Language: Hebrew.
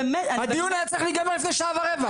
הדיון היה צריך להיגמר לפני שעה ורבע.